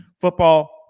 Football